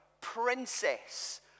princess